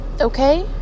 Okay